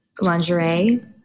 lingerie